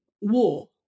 war